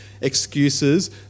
excuses